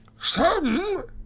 Some